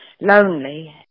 lonely